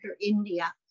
India